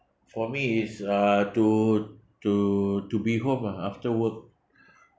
for me is uh to to to be home ah after work